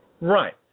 Right